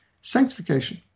Sanctification